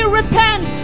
repent